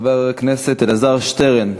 חבר הכנסת אלעזר שטרן,